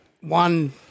one